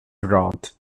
rot